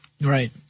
Right